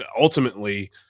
ultimately